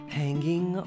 hanging